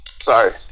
Sorry